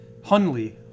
Hunley